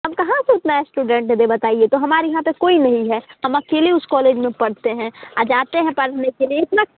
हम कहाँ से उतना इस्टूडेंट दें बताइए तो हमारे यहाँ पर कोई नहीं है हम अकेले उस कौलेज में पढ़ते हैं आ जाते हैं पढ़ने के लिए इतना